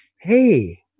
hey